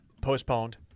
postponed